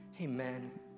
amen